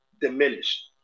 diminished